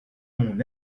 mon